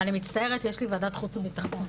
אני מצטערת, יש לי ועדת חוץ וביטחון.